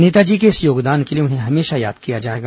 नेताजी के इस योगदान के लिए उन्हें हमेशा याद किया जाएगा